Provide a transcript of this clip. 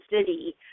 city